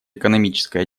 экономическая